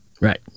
Right